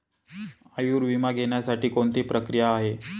आयुर्विमा घेण्यासाठी कोणती प्रक्रिया आहे?